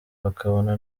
bakabona